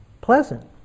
pleasant